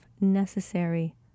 necessary